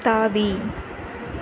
தாவி